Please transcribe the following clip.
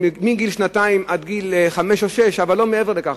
מגיל שנתיים עד גיל חמש או שש אבל לא הרבה מעבר לכך,